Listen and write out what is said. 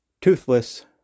toothless